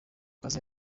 kazi